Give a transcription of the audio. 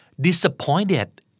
disappointed